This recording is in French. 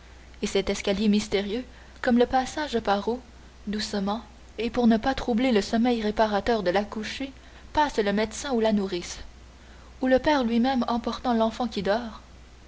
et cet escalier mystérieux comme le passage par où doucement et pour ne pas troubler le sommeil réparateur de l'accouchée passe le médecin ou la nourrice ou le père lui-même emportant l'enfant qui dort